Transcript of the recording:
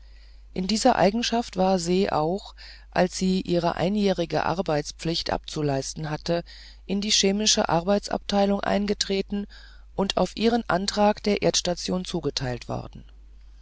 in dieser eigenschaft war se auch als sie ihre einjährige arbeitspflicht abzuleisten hatte in die chemische arbeitsabteilung eingetreten und auf ihren antrag der erdstation zugeteilt worden